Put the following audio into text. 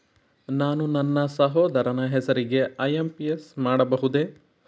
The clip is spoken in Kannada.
ನಾನು ನನ್ನ ಸಹೋದರನ ಹೆಸರಿಗೆ ಐ.ಎಂ.ಪಿ.ಎಸ್ ಮಾಡಬಹುದೇ?